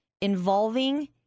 involving